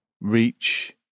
reach